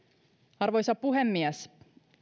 arvoisa puhemies